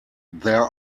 there